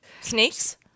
Snakes